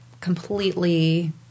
completely